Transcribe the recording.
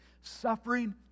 Suffering